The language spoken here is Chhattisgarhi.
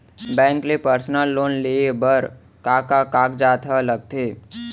बैंक ले पर्सनल लोन लेये बर का का कागजात ह लगथे?